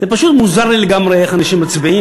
זה פשוט מוזר לי לגמרי איך אנשים מצביעים,